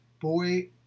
boy